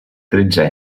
tretze